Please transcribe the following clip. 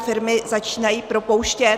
Firmy začínají propouštět.